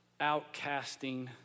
outcasting